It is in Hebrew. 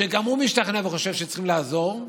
שגם הוא משתכנע וחושב שצריכים לעזור,